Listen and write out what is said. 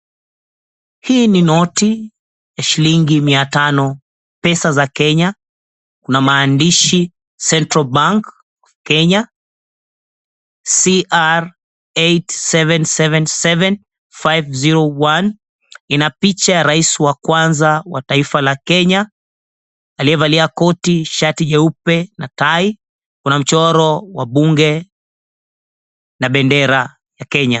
Hii ni noti ya shilingi mia tano, pesa za Kenya, kuna maandishi, CENTRAL BANK OF KENYA, CR8777501, ina picha ya rais wa kwanza wa taifa la Kenya aliyevalia koti, shati jeupe na tai, kuna mchoro wa bunge na bendera ya Kenya.